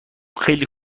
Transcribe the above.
خیلی